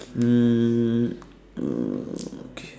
um uh okay